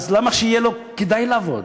אז למה שיהיה לו כדאי לעבוד?